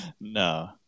No